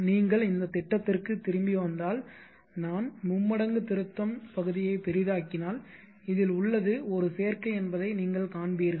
நீங்கள் இந்த திட்டத்திற்கு திரும்பி வந்தால் நான் மும்மடங்கு திருத்தம் பகுதியை பெரிதாக்கினால் இதில் உள்ளது ஒரு சேர்க்கை என்பதை நீங்கள் காண்பீர்கள்